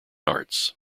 arts